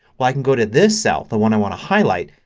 well, i can go to this cell, the one i want to highlight,